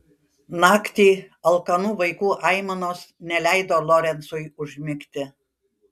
naktį alkanų vaikų aimanos neleido lorencui užmigti